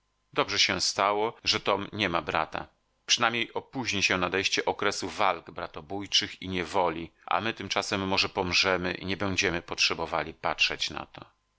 dobrze się stało że tom nie ma brata przynajmniej opóźni się nadejście okresu walk bratobójczych i niewoli a my tymczasem może pomrzemy i nie będziemy potrzebowali patrzeć na to